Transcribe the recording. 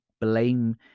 blame